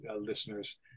listeners